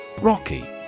Rocky